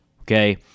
okay